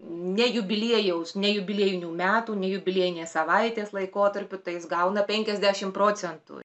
ne jubiliejaus ne jubiliejinių metų ne jubiliejinės savaitės laikotarpiu tai jis gauna penkiasdešimt procentų